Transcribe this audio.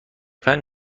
پنج